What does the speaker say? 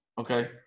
Okay